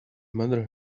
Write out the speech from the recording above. mother